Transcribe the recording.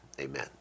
amen